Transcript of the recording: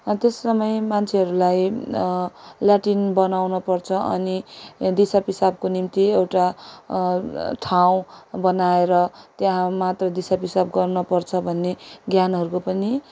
त्यो समय मान्छेहरूलाई ल्याट्रिन बनाउन पर्छ अनि या दिशा पिसाबको निम्ति एउटा ठाउँ बनाएर त्यहाँ मात्र दिसा पिसाब गर्नपर्छ भन्ने ज्ञानहरूको पनि